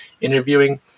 interviewing